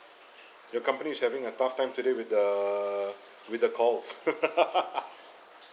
your company is having a tough time today with the with the calls